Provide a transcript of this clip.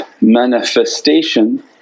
manifestation